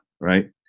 right